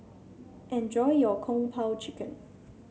enjoy your Kung Po Chicken